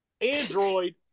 android